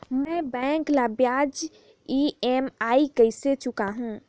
मैं बैंक ला ब्याज ई.एम.आई कइसे चुकाहू?